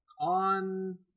On